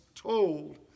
told